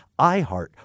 iHeart